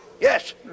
yes